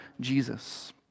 Jesus